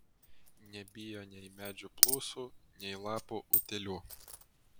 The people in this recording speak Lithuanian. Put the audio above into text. nebijo nei medžių blusų nei lapų utėlių